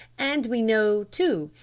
and we know, too,